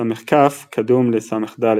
ס"כ קדום לס"ד,